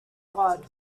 god